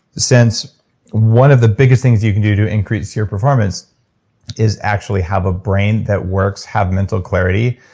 since one of the biggest things you can do to increase your performance is actually have a brain that works have mental clarity,